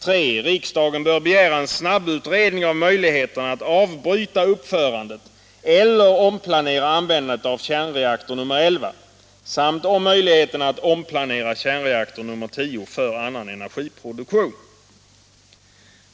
3. Riksdagen bör begära en snabbutredning av möjligheten att avbryta uppförandet eller omplanera användandet av kärnreaktor nr 11 samt av möjligheterna att omplanera kärnreaktor nr 10 för annan energiproduktion.